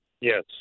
Yes